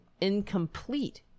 incomplete